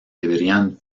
deberían